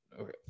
Okay